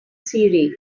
cereals